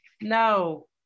No